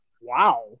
wow